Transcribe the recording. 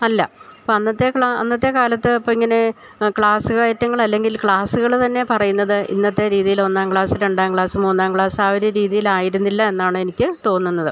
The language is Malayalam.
അല്ല അപ്പോള് അന്നത്തെ അന്നത്തെ കാലത്തപ്പോള് ഇങ്ങനെ ക്ലാസ് കയറ്റങ്ങളല്ലെങ്കിൽ ക്ലാസുകള് തന്നെ പറയുന്നത് ഇന്നത്തെ രീതിയിലൊന്നാം ക്ലാസ് രണ്ടാം ക്ലാസ് മൂന്നാം ക്ലാസാ ഒരു രീതീലായിരുന്നില്ല എന്നാണ് എനിക്കു തോന്നുന്നത്